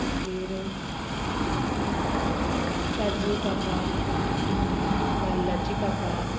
काजू कापां नाल्लाची कापां